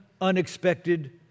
unexpected